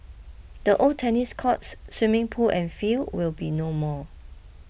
the old tennis courts swimming pool and field will be no more